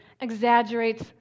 exaggerates